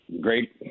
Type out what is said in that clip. great